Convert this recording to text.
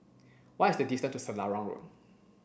what is the distance to Selarang Road